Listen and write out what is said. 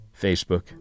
Facebook